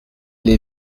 les